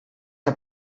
que